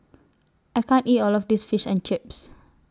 I can't eat All of This Fish and Chips